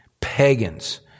pagans